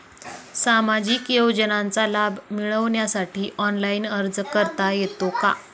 सामाजिक योजनांचा लाभ मिळवण्यासाठी ऑनलाइन अर्ज करता येतो का?